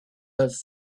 have